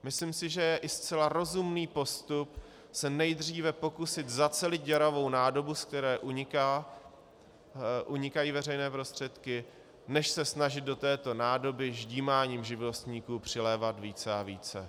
Myslím si, že je i zcela rozumný pokus se nejdříve pokusit zacelit děravou nádobu, ze které unikají veřejné prostředky, než se snažit do této nádoby ždímáním živnostníků přilévat více a více.